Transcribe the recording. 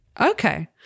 okay